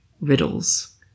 riddles